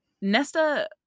Nesta